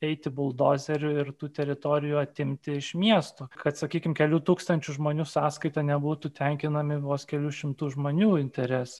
eiti buldozeriu ir tų teritorijų atimti iš miesto kad sakykim kelių tūkstančių žmonių sąskaita nebūtų tenkinami vos kelių šimtų žmonių interesai